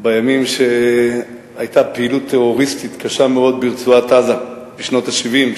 בימים שהיתה פעילות טרוריסטית קשה מאוד ברצועת-עזה בשנות ה-70,